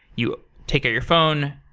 you take out your phone,